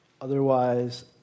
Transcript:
otherwise